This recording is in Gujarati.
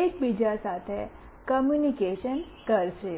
એક બીજા સાથે કૉમ્યુનિકેશન કરશે